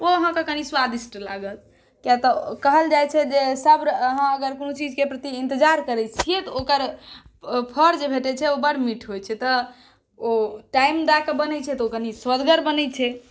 ओ अहाँकेँ कनि स्वादिष्ट लागत किएतऽ कहल जाइ छै जे सब्र अहाँ कोनो चीजके प्रति अगर इन्तजार करै छियै तऽ ओकर फल जे भेटै छै ओ बड़ मीठ होइ छै तऽ ओ टाइम दऽ कऽ बनै छै तऽ कनि स्वदगर बनै छै